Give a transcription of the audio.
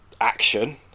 action